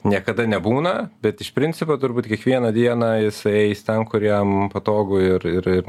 niekada nebūna bet iš principo turbūt kiekvieną dieną jisai eis ten kur jam patogu ir ir ir